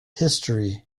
history